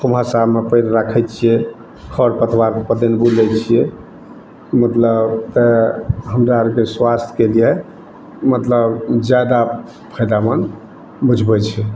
कुहासामे पएर राखै छियै खर पतवारमे पैदले बुलै छियै मतलब तऽ हमरा आरके स्वास्थ्यके लिए मतलब जायदा फायदामन्द बुझबै छै